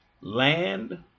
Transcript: land